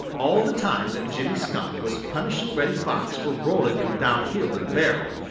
all the time that jimmy skunk was punishing reddy fox for rolling him down hill in a barrel,